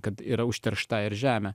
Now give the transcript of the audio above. kad yra užteršta ir žemę